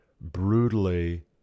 brutally